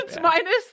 minus